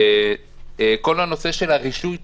כל הנושא של הרישוי,